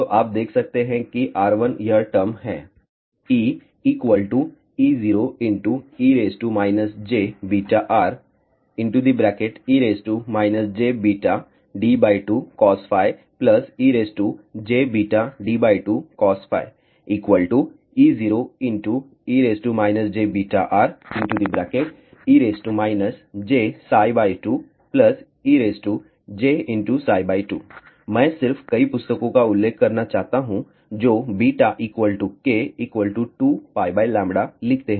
तो आप देख सकते हैं कि r1यह टर्म है EEoe jβre jβd2cosejβd2cos Eoe jβre j2ej2 मैं सिर्फ कई पुस्तकों का उल्लेख करना चाहता हूं जो k 2लिखते हैं